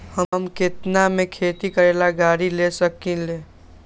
हम केतना में खेती करेला गाड़ी ले सकींले?